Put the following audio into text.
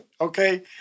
okay